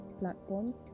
platforms